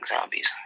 zombies